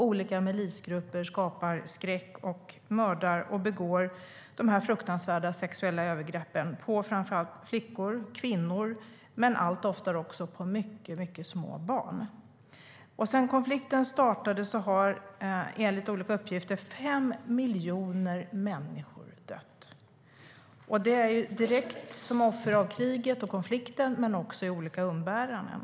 Olika milisgrupper sprider skräck, mördar och begår förfärliga sexuella övergrepp på framför allt flickor och kvinnor men allt oftare också på mycket små barn. Sedan konflikten startade har, enligt olika uppgifter, 5 miljoner människor dött som offer för kriget och konflikten men också av olika umbäranden.